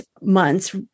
months